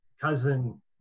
cousin